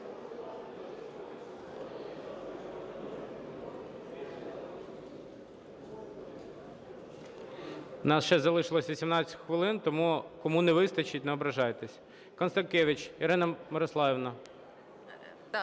нас ще залишилося 18 хвилин, тому, кому не вистачить, не ображайтеся. Констанкевич Ірина Мирославівна.